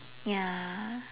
ya